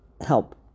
help